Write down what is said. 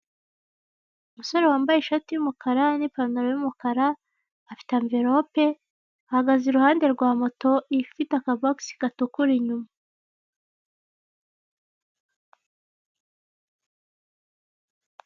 Umusore wambaye ishati y'umukara n'ipantaro y'umukara afite anvelope, ahagaze iruhande rwa moto ifite aka box gatukura inyuma.